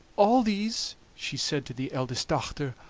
all these, she said to the eldest dochter,